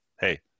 hey